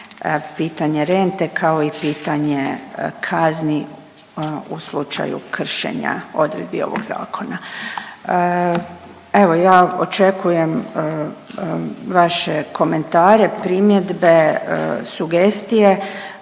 pitanje rente, kao i pitanje kazni u slučaju kršenja odredbi ovog zakona. Evo ja očekujem vaše komentare, primjedbe, sugestije.